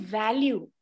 value